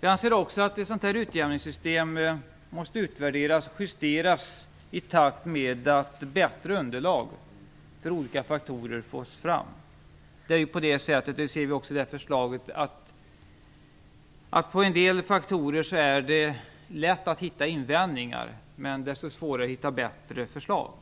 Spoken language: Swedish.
Vi anser också att ett sådant utjämningssystem måste utvärderas och justeras i takt med att bättre underlag för olika faktorer tas fram. För en del faktorer är det lätt att hitta invändningar - vilket vi också ser i förslaget - men desto svårare att hitta bättre förslag.